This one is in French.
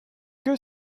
que